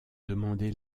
demandé